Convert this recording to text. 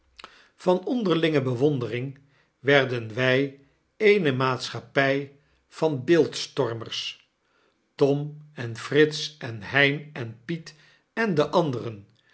van onderlinge bewondering werden wy eene maatschappij van beeldstormers tom en frits en hein en piet en de anderen